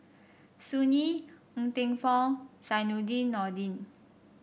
Sun Yee Ng Teng Fong Zainudin Nordin